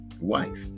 wife